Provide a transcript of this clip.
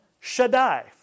Shaddai